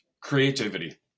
Creativity